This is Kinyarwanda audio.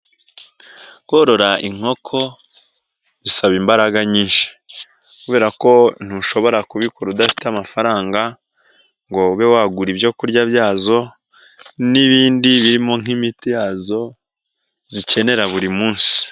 Korora inkoko bisaba imbaraga nyinshi kubera ko ntushobora kubikora udafite amafaranga ngo ube wagura ibyo kurya byazo n'ibindi birimo nk'imiti yazo, zikenera buri munsi.